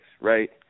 right